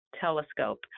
telescope